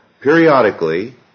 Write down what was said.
Periodically